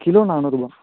kilo நானூறுபா